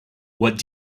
what